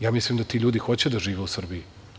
Ja mislim da ti ljudi hoće da žive u Srbiji.